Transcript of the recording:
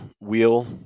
wheel